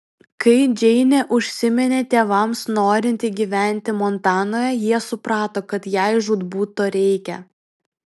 kai džeinė užsiminė tėvams norinti gyventi montanoje jie suprato kad jai žūtbūt to reikia